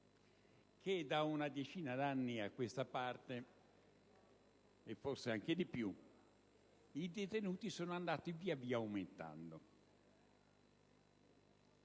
che da una decina d'anni a questa parte, forse anche di più, i detenuti sono andati via via aumentando.